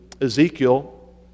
Ezekiel